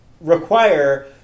require